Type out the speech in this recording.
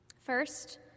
First